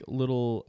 little